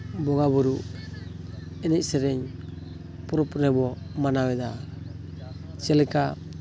ᱵᱚᱸᱜᱟᱼᱵᱩᱨᱩ ᱮᱱᱮᱡ ᱥᱮᱨᱮᱧ ᱯᱚᱨᱚᱵᱽᱼᱯᱩᱱᱟᱹᱭ ᱵᱚ ᱢᱟᱱᱟᱣ ᱮᱫᱟ ᱪᱮᱫ ᱞᱮᱠᱟ